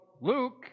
Luke